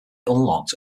unlocked